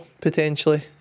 potentially